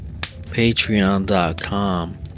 patreon.com